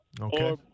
Okay